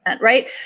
right